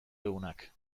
deunak